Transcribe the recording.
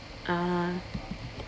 (uh huh)